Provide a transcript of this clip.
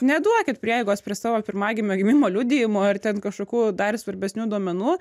neduokit prieigos prie savo pirmagimio gimimo liudijimo ir ten kažkokių dar svarbesnių duomenų